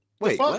Wait